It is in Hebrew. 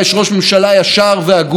במדינה שבה כולם שווים,